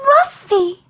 Rusty